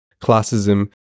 classism